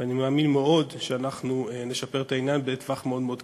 ואני מאמין מאוד שאנחנו נשפר את העניין בטווח מאוד מאוד קצר.